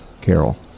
carol